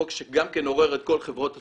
חוק שגם עורר את כל חברות התרופות,